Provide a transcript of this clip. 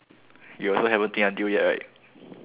you also haven't think until yet right